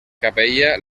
capella